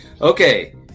Okay